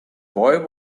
boy